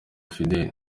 fidel